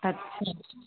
अच्छा